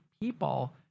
people